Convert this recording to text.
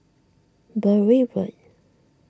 Bury Road